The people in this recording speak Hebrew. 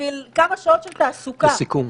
אדוני היושב-ראש,